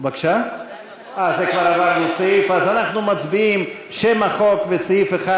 קבוצת סיעת המחנה הציוני,